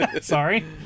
Sorry